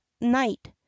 night